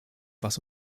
was